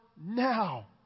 now